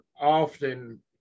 often